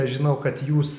žinau kad jūs